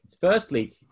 firstly